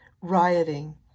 rioting